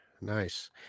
nice